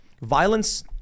violence